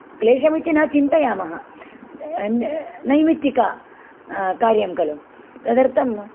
क्लेशम् इति न चिन्तयामः नैमित्तिककार्यं खलु तदर्थं